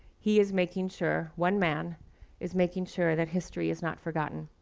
he is making sure one man is making sure that history is not forgotten.